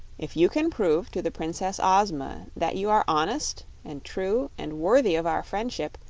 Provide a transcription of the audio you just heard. if you can prove to the princess ozma that you are honest and true and worthy of our friendship,